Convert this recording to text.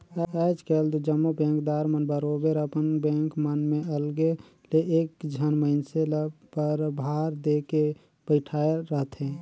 आएज काएल दो जम्मो बेंकदार मन बरोबेर अपन बेंक मन में अलगे ले एक झन मइनसे ल परभार देके बइठाएर रहथे